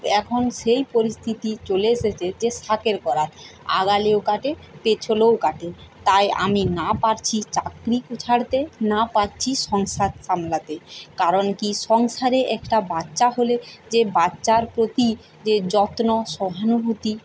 এখন সেই পরিস্থিতি চলে এসেছে যে শাঁখের করাত আগালেও কাটে পেছলেও কাটে তাই আমি না পারছি চাকরি ছাড়তে না পারছি সংসার সামলাতে কারণ কী সংসারে একটা বাচ্চা হলে যে বাচ্চার প্রতি যে যত্ন সহানুভূতি